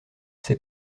ces